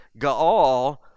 Gaal